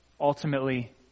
ultimately